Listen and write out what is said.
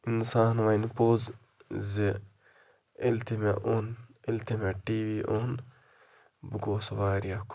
اِنسان وَنہِ پوٚز زِ ییٚلہِ تہِ مےٚ اوٚن ییٚلہِ تہِ مےٚ ٹی وی اوٚن بہٕ گوٚوُس واریاہ خۄش